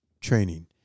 Training